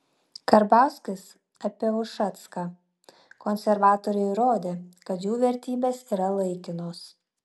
karbauskis apie ušacką konservatoriai įrodė kad jų vertybės yra laikinos